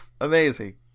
Amazing